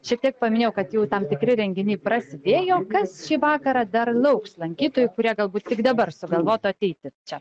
šiek tiek paminėjau kad jau tam tikri renginiai prasidėjo kas šį vakarą dar lauks lankytojų kurie galbūt tik dabar sugalvotų ateiti čia